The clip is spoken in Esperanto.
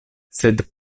sed